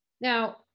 Now